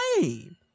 name